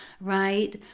right